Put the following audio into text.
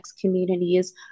communities